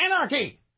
anarchy